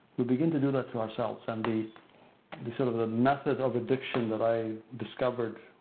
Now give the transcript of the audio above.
we begin to do that to ourselves. and the the sort of a method of addiction that i discovered,